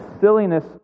silliness